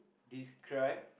describe